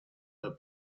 her